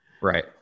Right